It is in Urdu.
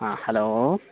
ہاں ہلو